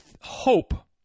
hope